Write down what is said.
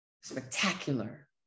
spectacular